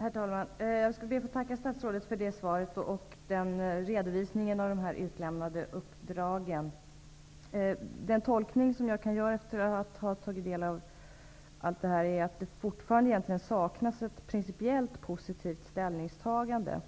Herr talman! Jag skall be att få tacka statsrådet för svaret och redovisningen av de utlämnade uppdragen. Den tolkning som jag kan göra efter att ha tagit del av detta, är att det egentligen fortfarande saknas ett principiellt positivt ställningstagande.